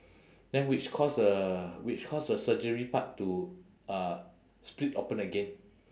then which cause uh which cause the surgery part to uh split open again